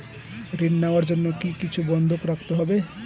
ঋণ নেওয়ার জন্য কি কিছু বন্ধক রাখতে হবে?